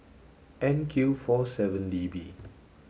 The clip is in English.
N Q four seven D B